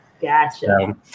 Gotcha